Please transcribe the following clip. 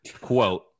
Quote